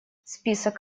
список